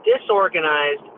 disorganized